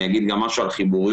אני אומר גם משהו על חיבוריות.